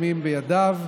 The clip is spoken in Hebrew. שבידיו,